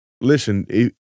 Listen